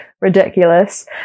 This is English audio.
ridiculous